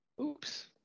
Oops